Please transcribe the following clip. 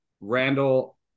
Randall